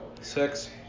six